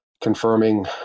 confirming